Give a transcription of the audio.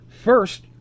First